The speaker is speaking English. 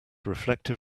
reflected